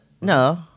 No